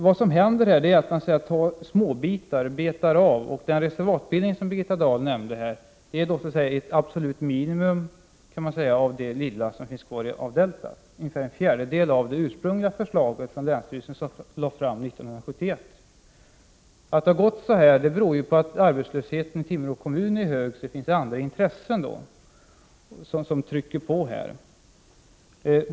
Vad som händer är att man så att säga betar av genom att ta småbitar. Den reservatsbildning som Birgitta Dahl nämnde är ett absolut minimum beträffande det lilla som finns kvar av deltat. Det handlar om ungefär en fjärdedel av det ursprungliga förslag som länsstyrelsen lade fram 1971. Att det har gått så här beror på att arbetslösheten i Timrå kommun är hög och att det finns andra intressen som trycker på.